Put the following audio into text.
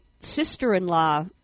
sister-in-law